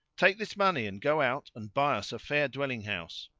take this money and go out and buy us a fair dwelling house.